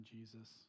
Jesus